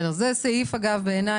זאת חקיקה.